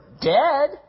dead